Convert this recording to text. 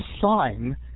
sign